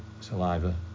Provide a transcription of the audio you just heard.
saliva